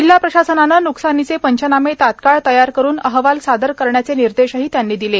जिल्हा प्रशासनानं न्कसानीचे पंचनामे तत्काळ तयार करून अहवाल सादर करण्याचे निर्देशही त्यांनी दिले